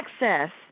access